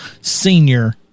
Senior